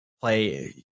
play